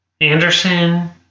Anderson